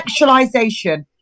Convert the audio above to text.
sexualization